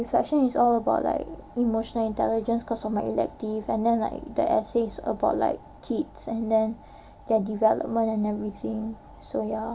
the reflection is all about like emotional intelligence cause of my elective and then like the essays about like kids and then their development and everything so ya